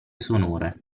sonore